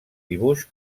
dibuix